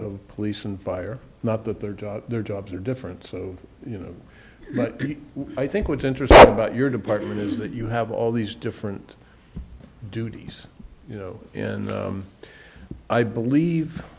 of police and fire not that their job their jobs are different so you know i think what's interesting about your department is that you have all these different duties you know in i believe